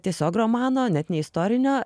tiesiog romano net ne istorinio